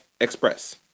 express